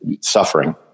suffering